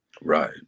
Right